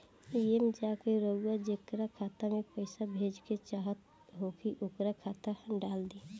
एईमे जा के रउआ जेकरा खाता मे पईसा भेजेके चाहत होखी ओकर खाता डाल दीं